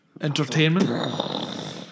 Entertainment